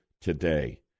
today